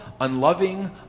unloving